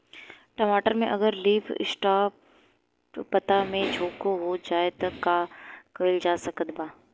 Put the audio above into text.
टमाटर में अगर लीफ स्पॉट पता में झोंका हो जाएँ त का कइल जा सकत बा?